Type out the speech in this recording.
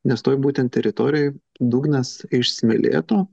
nes toj būtent teritorijoj dugnas iš smėlėto